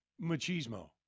machismo